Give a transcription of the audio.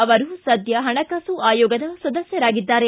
ಅವರು ಸದ್ಯ ಹಣಕಾಸು ಆಯೋಗದ ಸದಸ್ಲರಾಗಿದ್ದಾರೆ